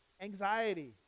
anxiety